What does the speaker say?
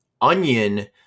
onion